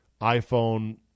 iPhone